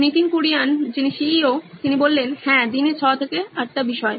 Nitin Kurian C O O নইন ইলেকট্রনিক্সহ্যাঁ দিনে 6 থেকে 8 টি বিষয়